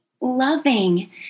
loving